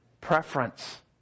preference